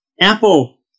Apple